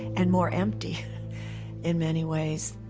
and more empty in many ways,